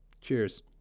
cheers